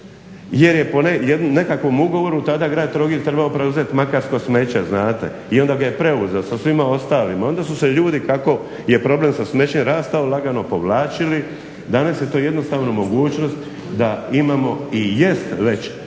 jer je po nekakvom ugovoru tada grad Trogir trebao preuzeti makarsko smeće, znate i onda ga je preuzeo sa svima ostalima. Onda su se ljudi kako je problem sa smećem rastao lagano povlačili. Danas je to jednostavno mogućnost da imamo i jest već